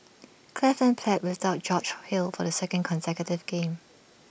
cleveland played without George hill for the second consecutive game